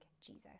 Jesus